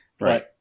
Right